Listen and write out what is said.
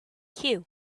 cue